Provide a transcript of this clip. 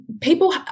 people